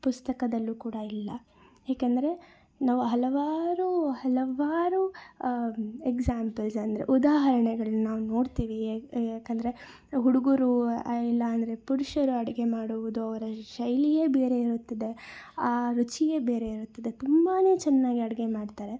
ಪುಸ್ತಕದಲ್ಲೂ ಕೂಡ ಇಲ್ಲ ಏಕೆಂದರೆ ನಾವು ಹಲವಾರು ಹಲವಾರು ಎಕ್ಸಾಂಪಲ್ಸ್ ಅಂದರೆ ಉದಾಹರ್ಣೆಗಳ್ನ ನಾವು ನೋಡ್ತೀವಿ ಯಾಕಂದರೆ ಹುಡ್ಗರು ಇಲ್ಲ ಅಂದರೆ ಪುರುಷರು ಅಡುಗೆ ಮಾಡುವುದು ಅವರ ಶೈಲಿಯೇ ಬೇರೆ ಇರುತ್ತದೆ ಆ ರುಚಿಯೇ ಬೇರೆ ಇರುತ್ತದೆ ತುಂಬಾ ಚೆನ್ನಾಗಿ ಅಡುಗೆ ಮಾಡ್ತಾರೆ